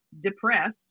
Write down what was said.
depressed